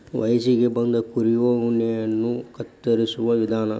ವಯಸ್ಸಿಗೆ ಬಂದ ಕುರಿಯ ಉಣ್ಣೆಯನ್ನ ಕತ್ತರಿಸುವ ವಿಧಾನ